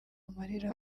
amarira